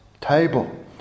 table